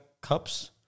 cups